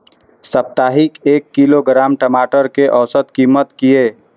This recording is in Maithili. साप्ताहिक एक किलोग्राम टमाटर कै औसत कीमत किए?